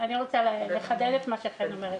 אני רוצה לחדד את מה שחן אומרת.